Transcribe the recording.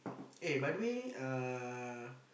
eh by the way uh